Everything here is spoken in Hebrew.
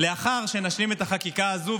לאחר שנשלים את החקיקה הזאת,